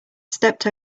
stepped